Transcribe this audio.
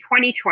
2020